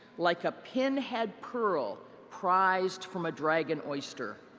like a pin head pearl prizeed from a dragon oyster.